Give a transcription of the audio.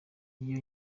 iyo